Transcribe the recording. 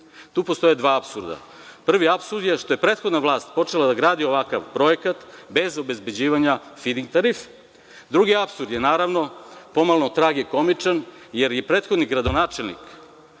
Tu postoje dva apsurda. Prvi apsurd je što je prethodna vlast počela da gradi ovakav projekat bez obezbeđivanja fid-in tarife. Drugi apsurd je, naravno, pomalo tragikomičan jer je i prethodni gradonačelnik,